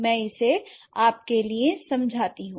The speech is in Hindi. मैं इसे आपके लिए समझाती हूँ